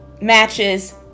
matches